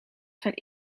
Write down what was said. zijn